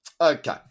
okay